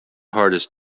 hardest